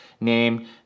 named